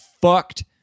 fucked